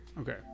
Okay